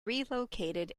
relocated